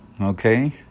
Okay